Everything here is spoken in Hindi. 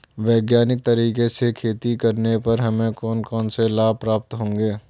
वैज्ञानिक तरीके से खेती करने पर हमें कौन कौन से लाभ प्राप्त होंगे?